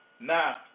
Now